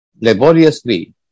laboriously